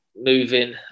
moving